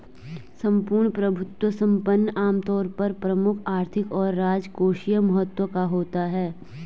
सम्पूर्ण प्रभुत्व संपन्न आमतौर पर प्रमुख आर्थिक और राजकोषीय महत्व का होता है